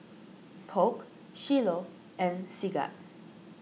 Polk Shiloh and Sigurd